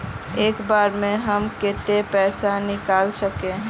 एक बार में हम केते पैसा निकल सके?